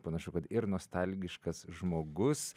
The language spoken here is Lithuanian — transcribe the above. panašu kad ir nostalgiškas žmogus